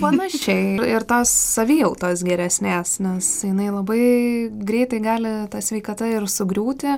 panašiai ir tos savijautos geresnės nes jinai labai greitai gali ta sveikata ir sugriūti